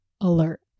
alert